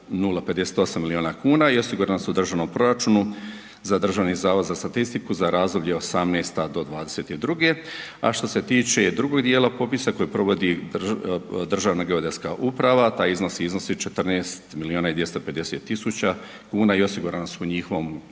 163,058 milijuna kuna i osigurana su u državnom proračunu za Državni zavod za statistiku za razdoblje 18.-22., a što se tiče drugog dijela popisa koji provodi Državna geodetska uprava, taj iznos iznosi 14 milijuna i 250 tisuća kuna i osigurana su u njihovom